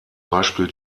beispiel